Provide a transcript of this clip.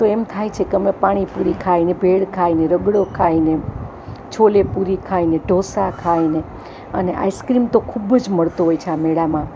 તો એમ થાય છે કે અમે પાણીપૂરી ખાઈએ ને ભેળ ખાઈએ ને રગડો ખાઇએ ને છોલે પૂરી ખાઈએ ને ઢોંસા ખાઈએ ને અને આઇસક્રીમ તો ખૂબ જ મળતો હોય છે આ મેળામાં